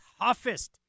toughest